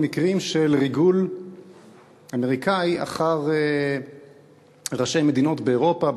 מקרים של ריגול אמריקני אחר ראשי מדינות באירופה,